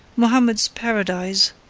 mohammed's paradise,